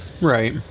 Right